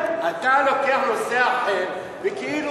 אתה לוקח נושא אחר וכאילו,